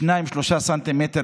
שניים-שלושה סנטימטר,